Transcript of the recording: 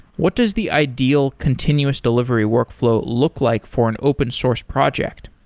what does the ideal continuous delivery workf low look like for an open source project?